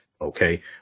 Okay